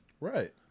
Right